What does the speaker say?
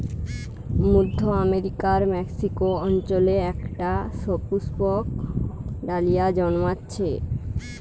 মধ্য আমেরিকার মেক্সিকো অঞ্চলে একটা সুপুষ্পক ডালিয়া জন্মাচ্ছে